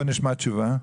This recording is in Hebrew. בוא נשמע תשובה.